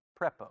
prepo